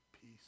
peace